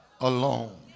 alone